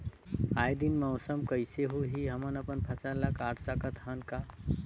आय दिन मौसम कइसे होही, हमन अपन फसल ल काट सकत हन का?